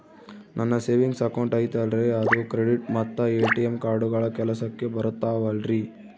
ನನ್ನ savings account ಐತಲ್ರೇ ಅದು ಕ್ರೆಡಿಟ್ ಮತ್ತ ಎ.ಟಿ.ಎಂ ಕಾರ್ಡುಗಳು ಕೆಲಸಕ್ಕೆ ಬರುತ್ತಾವಲ್ರಿ?